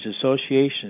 associations